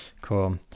Cool